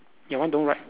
your one don't write